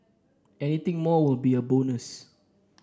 anything more will be a bonus